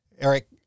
Eric